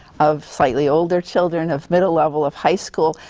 of slightly older children, of middle level, of high school,